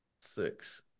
six